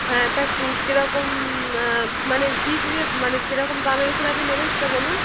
হ্যাঁ তা কী কেরকম মানে পিস হিসেবে মানে কীরকম দামের ওপরে আপনি নেবেন সেটা বলুন